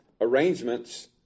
arrangements